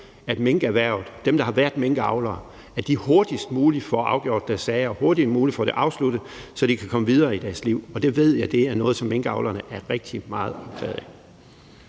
at minkerhvervet og dem, der har været minkavlere, hurtigst muligt får afgjort deres sager og får det afsluttet, så de kan komme videre i deres liv. Og det ved jeg er noget, som minkavlerne er rigtig meget optaget